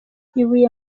ibuye